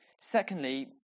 Secondly